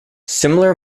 similar